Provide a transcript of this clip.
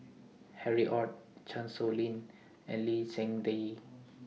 Harry ORD Chan Sow Lin and Lee Seng Tee